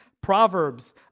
Proverbs